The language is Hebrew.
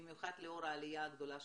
במיוחד לאור העלייה הגדולה שמגיעה.